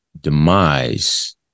demise